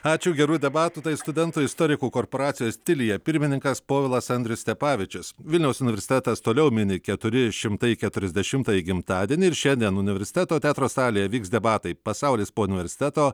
ačiū gerų debatų tai studentų istorikų korporacijos tilia pirmininkas povilas andrius stepavičius vilniaus universitetas toliau mini keturi šimtai keturiasdešimtąjį gimtadienį ir šiandien universiteto teatro salėje vyks debatai pasaulis po universiteto